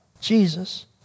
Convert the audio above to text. Jesus